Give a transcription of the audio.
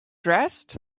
dressed